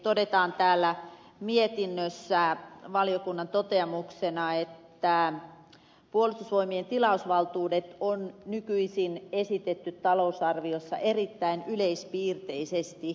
mietinnössä valiokunnan toteamuksena todetaan että puolustusvoimien tilausvaltuudet on nykyisin esitetty talousarviossa erittäin yleispiirteisesti